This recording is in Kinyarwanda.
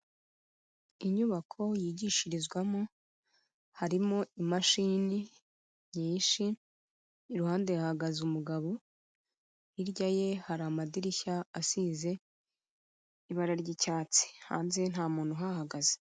Inyubako yigishirizwamo, harimo imashini nyinshi, iruhande hahagaze umugabo, hirya ye hari amadirishya asize ibara ry'icyatsi, hanze nta muntu uhahagaze.